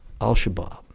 Al-Shabaab